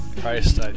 Christ